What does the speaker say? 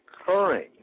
occurring